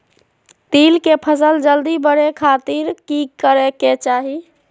तिल के फसल जल्दी बड़े खातिर की करे के चाही?